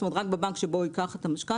זאת אומרת רק בבנק שבו הוא ייקח את המשכנתה,